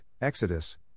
Exodus